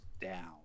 down